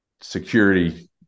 security